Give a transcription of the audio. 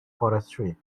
forestry